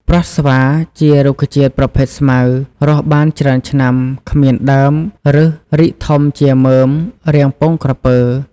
ប្រស់ស្វាជារុក្ខជាតិប្រភេទស្មៅ រស់បានច្រើនឆ្នាំ គ្មានដើម ឫសរីកធំជាមើម រាងពងក្រពើ។